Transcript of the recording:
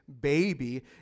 baby